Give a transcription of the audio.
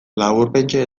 laburpentxoa